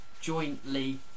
jointly